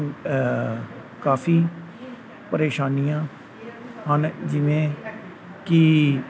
ਕਾਫੀ ਪਰੇਸ਼ਾਨੀਆਂ ਹਨ ਜਿਵੇਂ ਕਿ